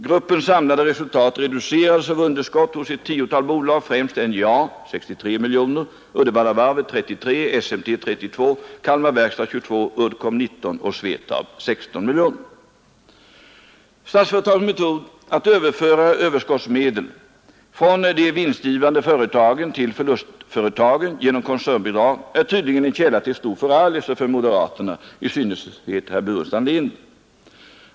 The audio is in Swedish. Gruppens samlade resultat reducerades av underskott hos ett tiotal bolag, främst NJA 63 miljoner, Uddevallavarvet 33 miljoner, SMT 32 miljoner, Kalmar Verkstad 22 miljoner, Uddcomb 19 miljoner och SVETAB 16 miljoner. Statsföretags metod att överföra överskottsmedel från de vinstgivande företagen till förlustföretagen genom koncernbidrag är tydligen en källa till stor förargelse för moderaterna, i synnerhet för herr Burenstam Linder.